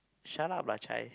shut up lah Chai